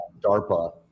DARPA